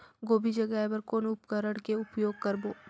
गोभी जगाय बर कौन उपकरण के उपयोग करबो?